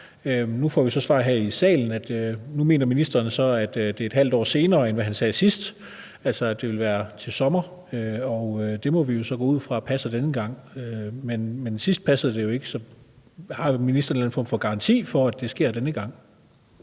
Nu får vi så et svar her i salen, og nu mener ministeren så, at det er et halvt år senere end det, han sagde sidst, altså at det vil være til sommer, og det må vi jo så gå ud fra passer denne gang. Men sidst passede det ikke. Så har ministeren en eller anden form for garanti for, at det sker denne gang?